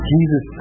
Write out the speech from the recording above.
Jesus